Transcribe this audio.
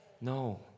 No